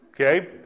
Okay